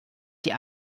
die